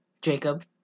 Jacob